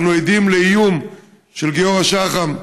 אנחנו עדים לאיום של גיורא שחם,